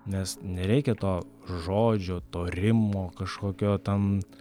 nes nereikia to žodžio to rimo kažkokio ten